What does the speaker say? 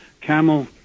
Camel